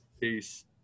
Peace